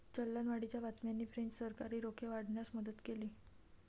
चलनवाढीच्या बातम्यांनी फ्रेंच सरकारी रोखे वाढवण्यास मदत केली